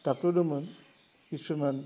doctor दंमोन किसुमान